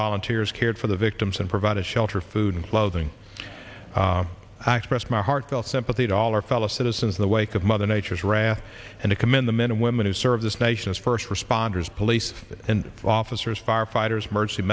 volunteers cared for the victims and provided shelter food and clothing x press my heartfelt sympathy dollar fellow citizens in the wake of mother nature's wrath and to commend the men and women who serve this nation as first responders police and officers firefighters mercy